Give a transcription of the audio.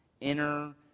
inner